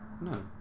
No